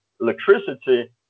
electricity